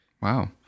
wow